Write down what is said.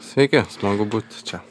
sveiki smagu būti čia